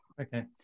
Okay